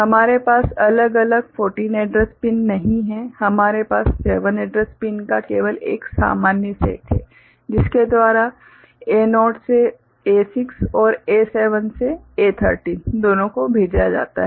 हमारे पास अलग अलग 14 एड्रेस पिन नहीं हैं हमारे पास 7 एड्रेस पिन का केवल एक सामान्य सेट है जिसके द्वारा A0 से A6 और A7 से A13 दोनों को भेजा जाता है